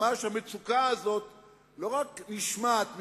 ממש המצוקה הזאת לא רק נשמעת מגרונו,